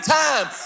time